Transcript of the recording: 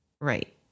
right